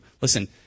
Listen